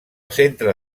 centre